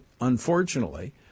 unfortunately